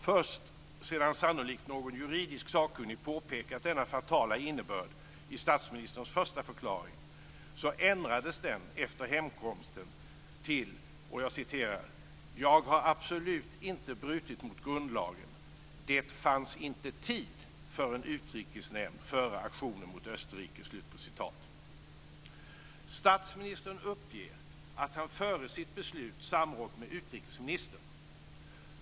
Först sedan sannolikt någon juridiskt sakkunnig påtalat denna fatala innebörd i statsministerns första förklaring ändrades denna förklaring efter hemkomsten till: "Jag har absolut inte brutit mot grundlagen. Det fanns inte tid för en utrikesnämnd före aktionen mot Österrike." Statsministern uppger att han före sitt beslut samrått med utrikesministern.